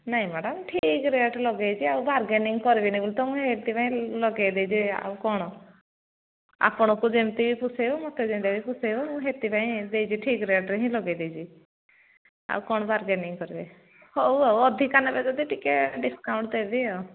ନାଇଁ ମ୍ୟାଡମ୍ ଠିକ ରେଟ୍ ଲଗେଇଛି ଆଉ ବାର୍ଗେନିଂ କରିବେନି ବୋଲି ତ ମୁଁ ଏଥିପାଇଁ ଲଗେଇ ଦେଇଛି ଆଉ କ'ଣ ଆପଣଙ୍କୁ ଯେମତି ପୋଷେଇବ ମୋତେ ଯେମତି ପୋଷେଇବ ମୁଁ ସେଥିପାଇଁ ଦେଇଛି ଠିକ ରେଟ୍ରେ ଲଗେଇ ଦେଇଛି ଆଉ କ'ଣ ବାର୍ଗେନିଂ କରିବେ ହଉ ଆଉ ଅଧିକା ନେବେ ଯଦି ଟିକେ ଡିସକାଉଣ୍ଟ ଦେବି ଆଉ